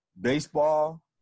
baseball